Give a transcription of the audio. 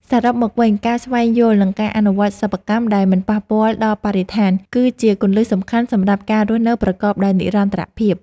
សរុបមកវិញ ការស្វែងយល់ និង ការអនុវត្តសិប្បកម្មដែលមិនប៉ះពាល់ដល់បរិស្ថាន គឺជាគន្លឹះសំខាន់សម្រាប់ការរស់នៅប្រកបដោយនិរន្តរភាព។